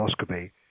endoscopy